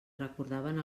recordaven